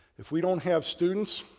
if we don't have students,